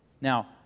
Now